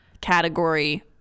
category